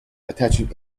attaching